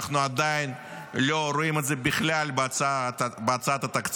אנחנו עדיין לא רואים את זה בכלל בהצעת התקציב,